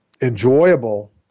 enjoyable